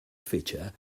feature